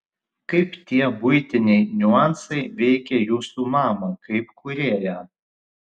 kaip tie buitiniai niuansai veikė jūsų mamą kaip kūrėją